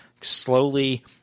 slowly